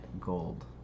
gold